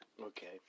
Okay